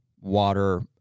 water